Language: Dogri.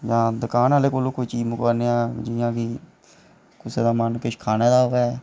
जां कोई दकान आह्ले कोला कोई चीज मंगोआन्ने आं कोई कुसै दा मन किश खाने दा होऐ